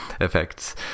effects